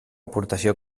aportació